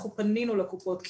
אנחנו פנינו לקופות החולים,